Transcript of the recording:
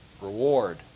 reward